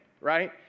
right